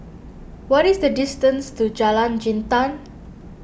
what is the distance to Jalan Jintan